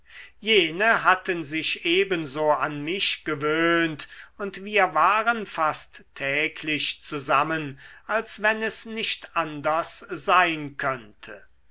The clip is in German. jene hatten sich ebenso an mich gewöhnt und wir waren fast täglich zusammen als wenn es nicht anders sein könnte